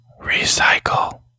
Recycle